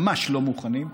ממש לא מוכנים,